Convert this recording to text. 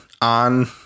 on